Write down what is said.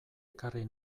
ekarri